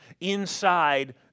inside